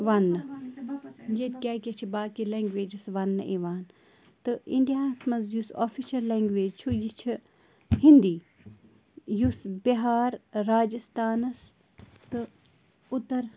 ونٛنہٕ ییٚتہِ کیٛاہ کیٛاہ چھِ باقی لینٛگویجِس ونٛنہٕ یِوان تہٕ اِنڈیاہَس منٛز یُس آفِشَل لینٛگویج چھُ یہِ چھِ ہِندی یُس بِہار راجِستانَس تہٕ اُتَر